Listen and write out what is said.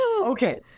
Okay